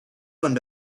one